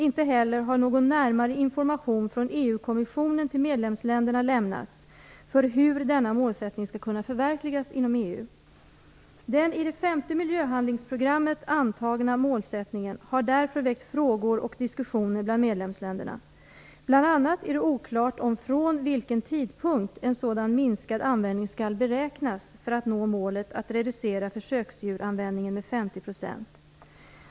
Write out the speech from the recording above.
Inte heller har någon närmare information från EU-kommissionen till medlemsländerna lämnats för hur denna målsättning skall kunna förverkligas inom EU. Den i det femte miljöhandlingsprogrammet antagna målsättningen har därför väckt frågor och diskussioner bland medlemsländerna. Bl.a. är det oklart om från vilken tidpunkt en sådan minskad användning skall beräknas för att nå målet att reducera försöksdjursanvändningen med 50 %.